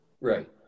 Right